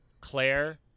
Claire